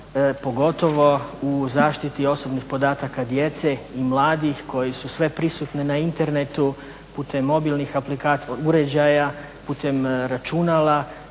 pogotovo u zaštiti osobnih podataka djece i mladih koji su sve prisutni na internetu putem mobilnih uređaja, putem računala